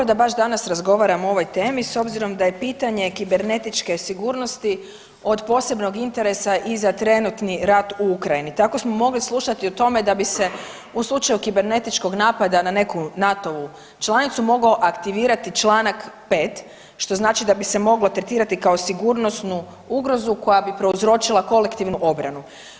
Možda je dobro da baš danas razgovaramo o ovoj temi s obzirom da je pitanje kibernetičke sigurnosti od posebnog interesa i za trenutni rat u Ukrajini, tako smo mogli slušati o tome da bi se u slučaju kibernetičkog napada na neku NATO-vu članicu mogao aktivirati čl. 5. što znači da bi se moglo tretirati kao sigurnosnu ugrozu koja bi prouzročila kolektivnu obranu.